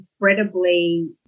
incredibly